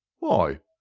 why,